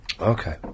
Okay